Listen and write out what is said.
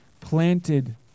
planted